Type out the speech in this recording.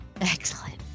excellent